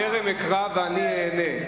טרם יקרא ואני אענה.